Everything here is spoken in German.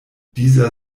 dieser